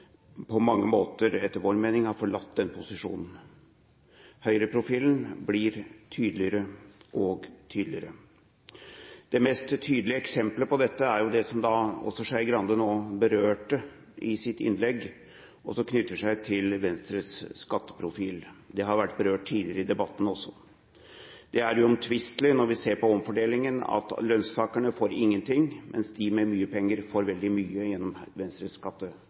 på mange måter, etter vår mening, har forlatt den posisjonen. Høyreprofilen blir tydeligere og tydeligere. Det mest tydelige eksemplet på dette er det som nå Skei Grande også berørte i sitt innlegg, og som knytter seg til Venstre skatteprofil. Det har vært berørt tidligere i debatten også. Det er uomtvistelig, når vi ser på omfordelingen, at lønnstakerne får ingenting, mens de med mye penger får veldig mye med Venstres